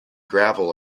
gravel